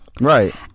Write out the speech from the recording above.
Right